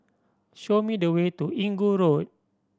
show me the way to Inggu Road